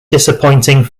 disappointing